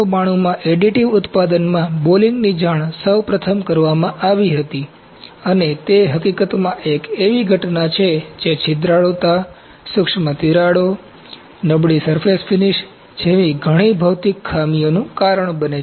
1992 માં એડિટિવ ઉત્પાદનમાં બોલિંગની જાણ સૌપ્રથમ કરવામાં આવી હતી અને તે હકીકતમાં એક એવી ઘટના છે જે છિદ્રાળુતા સૂક્ષ્મ તિરાડો નબળીસરફેસ ફિનિશ જેવી ઘણી ભૌતિક ખામીઓનું કારણ બને છે